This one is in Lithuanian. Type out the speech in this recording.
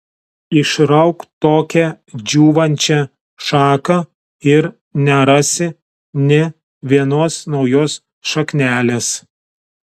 išrauk tokią džiūvančią šaką ir nerasi nė vienos naujos šaknelės